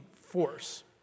force